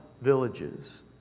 villages